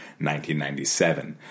1997